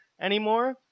anymore